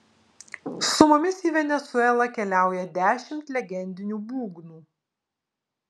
su mumis į venesuelą keliauja dešimt legendinių būgnų